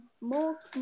more